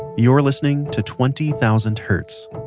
you're listening to twenty thousand hertz.